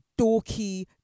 dorky